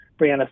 Brianna